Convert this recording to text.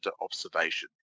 observation